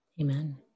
Amen